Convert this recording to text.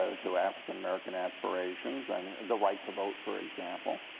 ah to african american aspirations and the right to vote, for example.